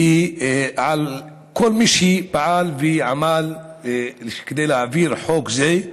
ולכל מי שפעל ועמל כדי להעביר חוק זה.